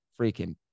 freaking